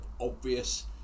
obvious